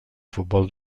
futbol